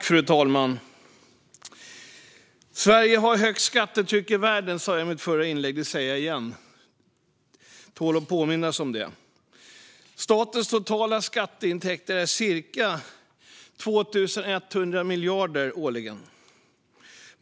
Fru talman! Sverige har högst skattetryck i världen, sa jag i mitt förra inlägg. Jag säger det igen, för det tål att påminnas om. Statens totala skatteintäkter är cirka 2 100 miljarder årligen.